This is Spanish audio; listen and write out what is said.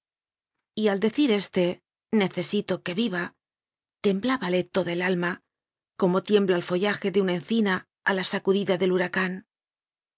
yiva y al decirse este necesito que viva temblábale toda el mima como tiembla el follaje de una encina a la sacudida del